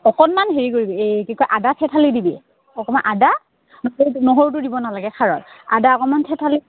অকণমান হেৰি কৰিবি এই কি কয় আদা থেঠালি দিবি অকমান আদা নহৰু নহৰুটো দিব নালাগে খাৰত আদা অকণমান থেঠালি